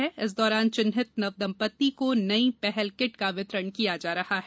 जिले में इस दौरान चिन्हित नवदंपति को नई पहल किट का वितरण किया जा रहा है